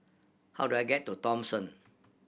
how do I get to Thomson